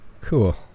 Cool